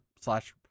slash